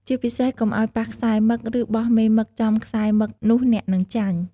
ជាពិសេសកុំអោយប៉ះខ្សែរមឹក ឬបោះមេមឹកចំខ្សែរមឹកនោះអ្នកនឹងចាញ់។